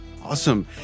Awesome